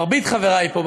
רוב חברי פה,